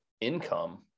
income